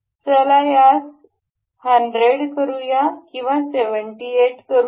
चला यास 100 करूया किंवा 78 करूया